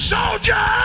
Soldier